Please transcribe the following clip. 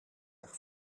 erg